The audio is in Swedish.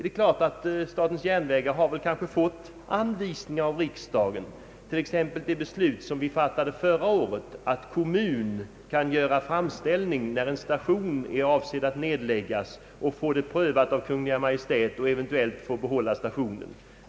Det är sant att statens järnvägar fått anvisningar av riksdagen, bl.a. det beslut som vi fattade förra året att en kommun kan göra framställning, när en station är avsedd att nedläggas, och få frågan prövad av Kungl. Maj:t samt eventuellt få behålla stationen.